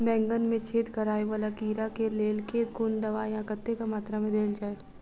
बैंगन मे छेद कराए वला कीड़ा केँ लेल केँ कुन दवाई आ कतेक मात्रा मे देल जाए?